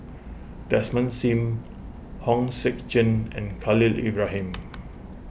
Desmond Sim Hong Sek Chern and Khalil Ibrahim